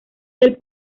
del